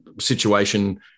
situation